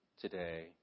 today